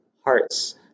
hearts